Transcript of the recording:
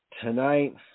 Tonight